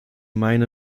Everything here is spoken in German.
meine